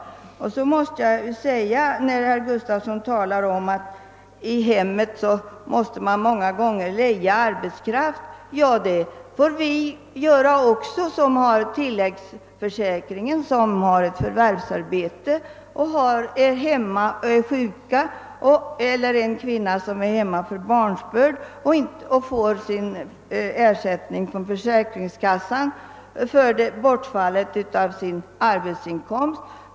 Vidare talar herr Gustavsson i Alvesta om att man många gånger måste leja arbetskraft i hemmet. Det får ju också vi göra som har förvärvsarbete och tillläggsförsäkring när vi är hemma på grund av sjukdom, och det får en kvinna göra som är hemma med anledning av barnsbörd och erhåller ersättning från försäkringskassan för bortfallen arbetsinkomst.